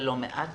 ולא מעט.